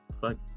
fuck